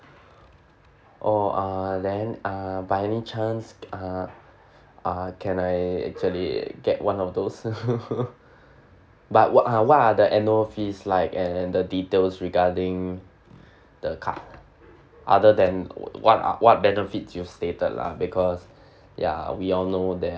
oh ah then ah by any chance uh uh can I actually get one of those but what are what are the annual fees like and the details regarding the card other than what what benefits you stated lah because ya we all know there